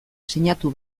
sinatu